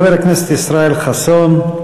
חבר הכנסת ישראל חסון.